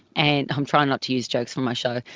and i'm trying not to use jokes from my show.